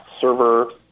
server